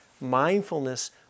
mindfulness